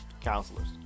counselors